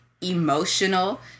emotional